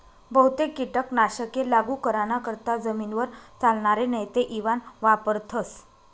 बहुतेक कीटक नाशके लागू कराना करता जमीनवर चालनार नेते इवान वापरथस